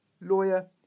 lawyer